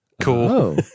Cool